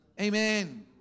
Amen